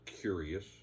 curious